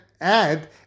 add